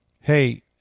hey